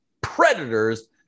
predators